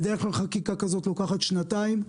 בדרך כלל חקיקה כזאת לוקחת שנתיים,